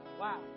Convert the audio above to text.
Wow